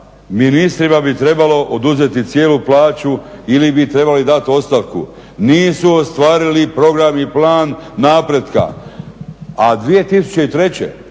ministrima bi trebalo oduzeti cijelu plaću ili bi trebali dati ostavku. Nisu ostvarili program i plan napretka, a 2003.